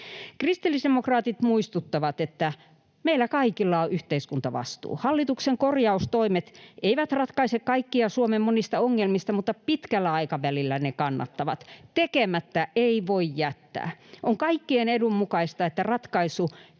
Kristillisdemokraatit muistuttavat, että meillä kaikilla on yhteiskuntavastuu. Hallituksen korjaustoimet eivät ratkaise kaikkia Suomen monista ongelmista, mutta pitkällä aikavälillä ne kannattavat. Tekemättä ei voi jättää. On kaikkien edun mukaista, että ratkaisu